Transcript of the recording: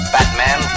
Batman